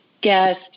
Guest